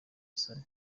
isoni